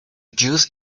juice